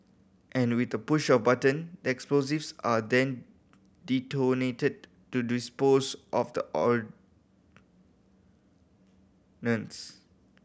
and with a push of button that explosives are then detonated to dispose of the ordnance